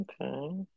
okay